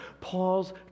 Paul's